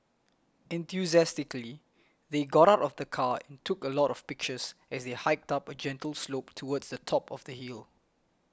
enthusiastically they got out of the car and took a lot of pictures as they hiked up a gentle slope towards the top of the hill